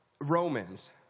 Romans